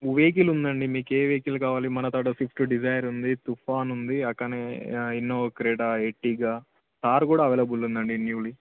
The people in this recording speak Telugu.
వెహికల్ ఉందండి మీకే వెహికల్ కావాలి మనకాడ స్విఫ్ట్ డిజైర్ ఉంది తుఫాన్ ఉంది అలానే ఇన్నోవా క్రెటా ఎర్టిగా కార్ కూడా అవైలబుల్ ఉందండి న్యూలీ